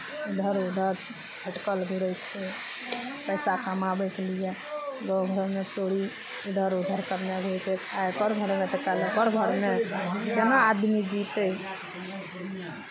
इधर उधर फटकल घुरै छै पैसा कमाबैके लिए गाँव घरमे चोरी इधर उधर करने घुरै छै आइ ओकर घरमे तऽ कल ओकर घरमे केना आदमी जीतै